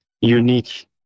unique